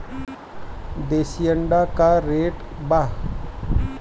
देशी अंडा का रेट बा?